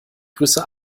grüße